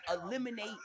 eliminate